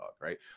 Right